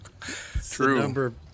True